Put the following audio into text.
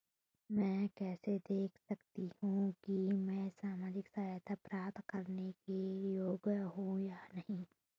मैं कैसे देख सकती हूँ कि मैं सामाजिक सहायता प्राप्त करने के योग्य हूँ या नहीं?